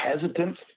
hesitant